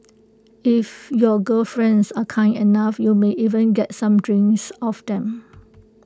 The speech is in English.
if your gal friends are kind enough you may even get some drinks off them